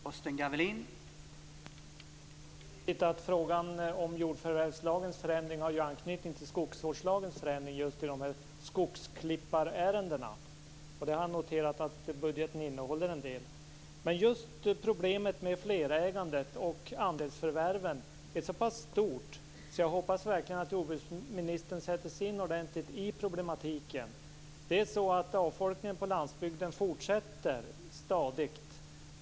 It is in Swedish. Herr talman! Det är riktigt att frågan om jordförvärvslagens förändring har anknytning till skogsvårdslagens förändring just i dessa "skogsklipparärenden". Jag har noterat att budgeten innehåller en del förslag där. Men just problemen med flerägandet och andelsförvärven är så stora att jag verkligen hoppas att jordbruksministern sätter sig in i dem ordentligt. Avfolkningen av landsbygden fortsätter stadigt.